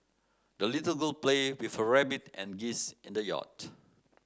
the little girl played before rabbit and geese in the yard